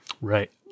right